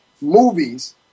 movies